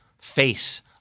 face